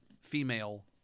female